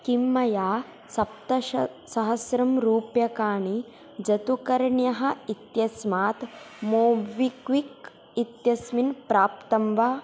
किं मया सप्तसहस्ररूप्यकाणि जतुकर्ण्यः इत्यस्मात् मोव्विक्विक् इत्यस्मिन् प्राप्तं वा